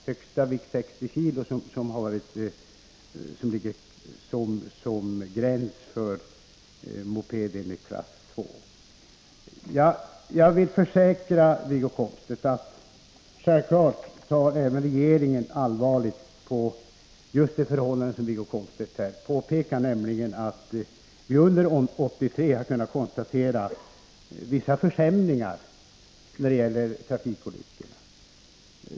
Högsta tillåtna vikt för klass — Om planerna på att II-mopeden är 60 kg. godkänna en ny typ Jag försäkrar att regeringen självfallet ser allvarligt på de förhållandensom = av moped Wiggo Komstedt här har påpekat, nämligen att det under 1983 har kunnat konstateras vissa försämringar när det gäller trafikolyckorna.